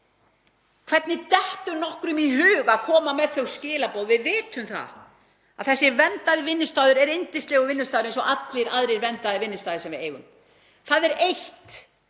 Hvernig dettur nokkrum í hug að koma með þessi skilaboð? Við vitum það að þessi verndaði vinnustaður er yndislegur vinnustaður eins og allir aðrir verndaðir vinnustaðir sem við eigum. Það er eitt